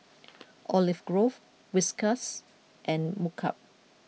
Olive Grove Whiskas and Mkup